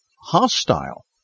hostile